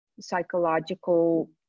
psychological